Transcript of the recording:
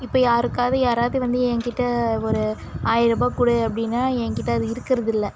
இப்போ யாருக்காவது யாராவது வந்து என் கிட்டே ஒரு ஆயிரம் ரூபாய் கொடு அப்படினா என் கிட்டே அது இருக்கிறதில்ல